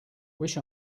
wish